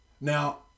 Now